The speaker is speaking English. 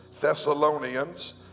Thessalonians